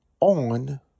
on